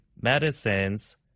medicines